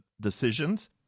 decisions